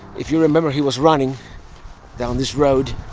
if you remember he was running down this road.